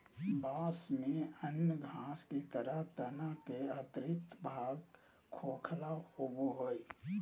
बाँस में अन्य घास के तरह तना के आंतरिक भाग खोखला होबो हइ